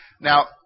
Now